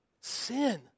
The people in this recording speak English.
Sin